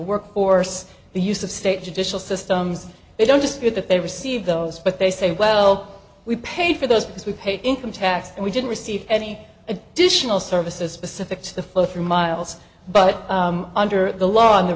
workforce the use of state judicial systems they don't just get that they receive those but they say well we paid for those because we paid income tax and we didn't receive any additional services specific to the full three miles but under the law in the